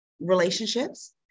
relationships